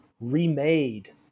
remade